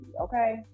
okay